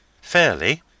Fairly